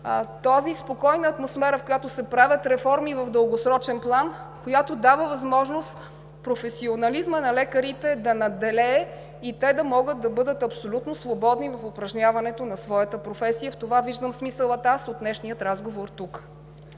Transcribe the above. тази спокойна атмосфера, в която се правят реформи в дългосрочен план, която дава възможност професионализмът на лекарите да надделее и те да могат да бъдат абсолютно свободни в упражняването на своята професия. В това аз виждам смисъла от днешния разговор тук.